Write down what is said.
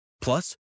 Plus